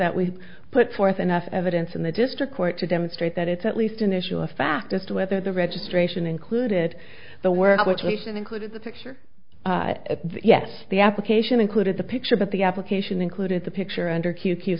that we have put forth enough evidence in the district court to demonstrate that it's at least an issue of fact as to whether the registration included the word what you said included the picture yes the application included the picture but the application included the picture under